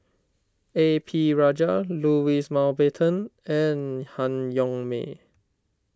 A P Rajah Louis Mountbatten and Han Yong May